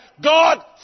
God